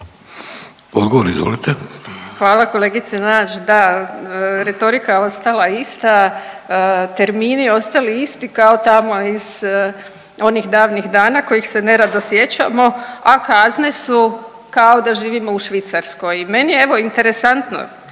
suverenisti)** Hvala, kolegice Nađ. Da, retorika je ostala ista, termini ostali isti kao tamo iz onih davnih dana kojih se nerado sjećamo, a kazne su kao da živimo u Švicarskoj. Meni je evo, interesantno,